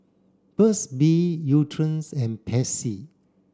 Burt's bee Nutren's and Pansy